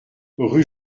rue